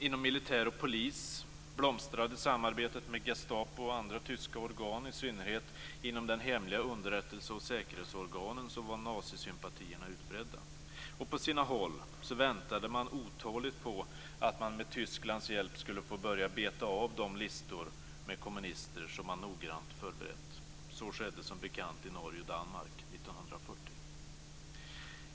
Inom militär och polis blomstrade samarbetet med Gestapo och andra tyska organ, i synnerhet inom de hemliga underrättelse och säkerhetsorganen var nazisympatierna utbredda. På sina håll väntade man otåligt på att man med Tysklands hjälp skulle få börja beta av de listor med kommunister som man noggrant hade förberett. Så skedde som bekant i Norge och Danmark 1940.